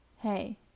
hey